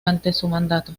mandato